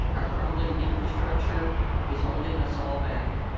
our crumbling infrastructure is holding us all back.